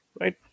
right